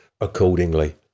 accordingly